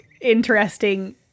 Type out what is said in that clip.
interesting